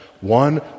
one